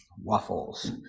waffles